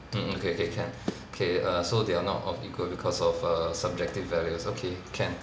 mm mm okay okay can okay err so they are not of equal because of err subjective values okay can